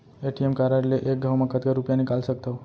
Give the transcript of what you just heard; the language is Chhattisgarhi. ए.टी.एम कारड ले एक घव म कतका रुपिया निकाल सकथव?